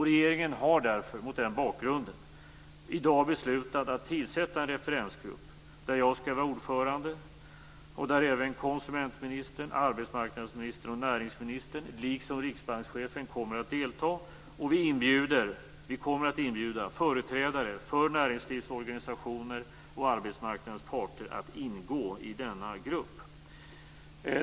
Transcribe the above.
Regeringen har därför, mot den bakgrunden, i dag beslutat att tillsätta en referensgrupp där jag skall vara ordförande och där även konsumentministern, arbetsmarknadsministern och näringsministern liksom riksbankschefen kommer att delta. Vi kommer också att inbjuda företrädare för näringslivsorganisationer och arbetsmarknadens parter att ingå i denna grupp.